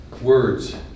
Words